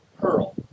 pearl